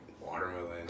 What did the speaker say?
watermelon